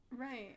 Right